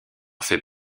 fait